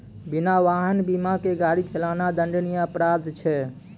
बिना वाहन बीमा के गाड़ी चलाना दंडनीय अपराध छै